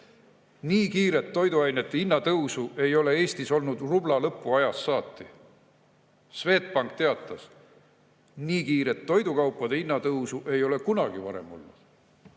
Nii kiiret toiduainete hinna tõusu ei ole Eestis olnud rubla lõpuajast saati. Swedbank teatas: nii kiiret toidukaupade kallinemist ei ole kunagi varem olnud.